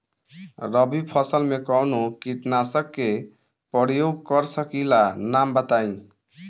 रबी फसल में कवनो कीटनाशक के परयोग कर सकी ला नाम बताईं?